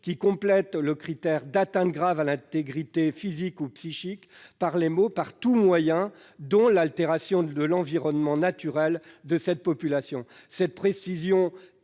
en complétant le critère « d'atteinte grave à l'intégrité physique ou psychique » par les mots « par tout moyen, dont l'altération de l'environnement naturel de cette population ». Cette précision